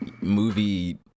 movie